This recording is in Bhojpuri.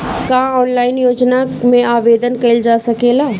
का ऑनलाइन योजना में आवेदन कईल जा सकेला?